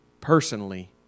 personally